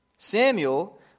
Samuel